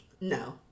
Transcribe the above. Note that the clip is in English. No